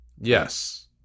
Yes